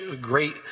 great